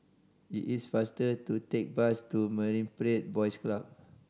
it is faster to take bus to Marine Parade Boys Club